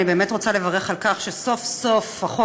אני באמת רוצה לברך על כך שסוף-סוף החוק